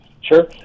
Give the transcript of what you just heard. Sure